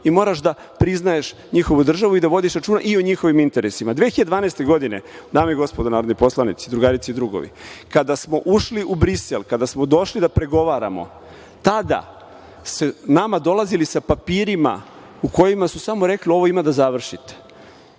i moraš da priznaješ njihovu državu i da vodiš računa i o njihovim interesima. Godine 2012. dame i gospodo narodni poslanici, drugarice i drugovi, kada smo ušli u Brisel, kada smo došli da pregovaramo, tada su nama dolazili sa papirima u kojima su samo rekli – ovo ima da završite.